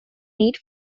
need